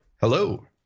Hello